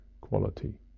quality